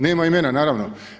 Nema imena naravno.